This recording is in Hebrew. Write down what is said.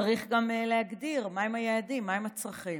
צריך גם להגדיר מהם היעדים, מהם הצרכים.